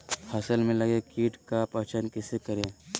फ़सल में लगे किट का पहचान कैसे करे?